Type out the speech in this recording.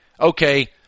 okay